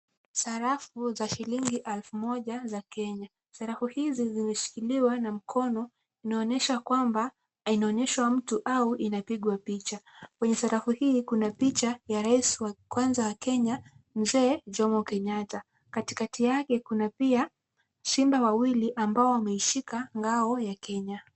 Sarafu za shilingi elfu moja za Kenya. Sarafu hizi zimeshikiliwa na mkono, inaonesha kwamba inaonyeshwa mtu au inapigwa picha. Kwenye sarafu hii kuna picha ya rais wa kwanza wa Kenya mzee Jomo Kenyatta. Katikati yake kuna pia simba wawili ambao wameishika ngao ya Kenya.